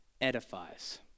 edifies